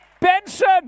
Benson